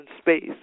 space